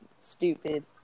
stupid